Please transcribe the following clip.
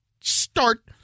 start